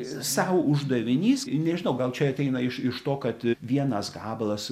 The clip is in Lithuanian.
sau uždavinys nežinau gal čia ateina iš iš to kad vienas gabalas